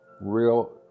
real